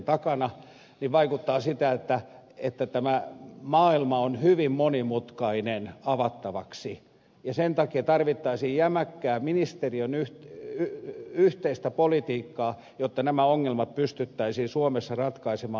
takana niin vaikuttaa siltä että tämä maailma on hyvin monimutkainen avattavaksi ja sen takia tarvittaisiin jämäkkää ministeriöiden yhteistä politiikkaa jotta nämä ongelmat pystyttäisiin suomessa ratkaisemaan